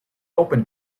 open